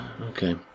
Okay